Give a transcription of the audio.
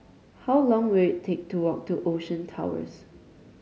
how long will take to walk to Ocean Towers